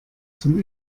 zum